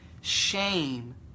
Shame